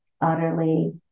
utterly